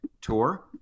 tour